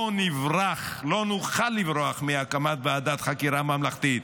לא נברח, לא נוכל לברוח מהקמת ועדת חקירה ממלכתית,